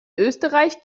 österreich